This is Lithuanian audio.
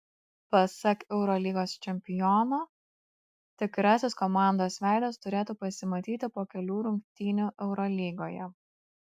pasak eurolygos čempiono tikrasis komandos veidas turėtų pasimatyti po kelių rungtynių eurolygoje